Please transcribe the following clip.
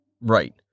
Right